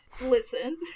listen